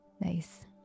Nice